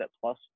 plus